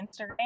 Instagram